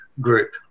group